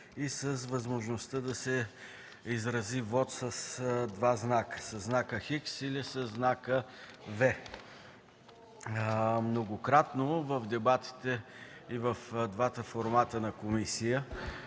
и с възможността да се изрази вот с два знака – със знака „Х” или със знака „V”. Многократно в дебатите и в двата формата на комисията